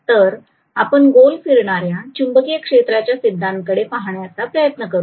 तर आपण गोल फिरणाऱ्या चुंबकीय क्षेत्राच्या सिद्धांताकडे पाहण्याचा प्रयत्न करूया